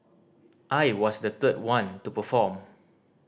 I was the third one to perform